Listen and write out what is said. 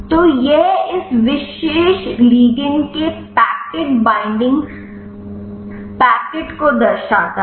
तो यह इस विशेष लिगंड के पैकेट बाइंडिंग पैकेट को दर्शाता है